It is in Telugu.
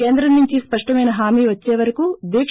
కేంద్రం నుంచి స్పష్టమైన హామీ వచ్చేవరకు దీక